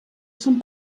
són